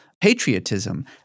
patriotism